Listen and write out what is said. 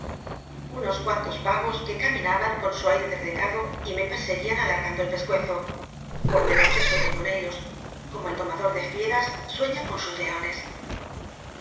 unos cuantos pa'os c uc caminaban c jn su aio derrengado y me perseguían alargando el pescuezo por de noche uciío con ellos como el dnmaclor de fic as miciía con us leones